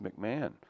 McMahon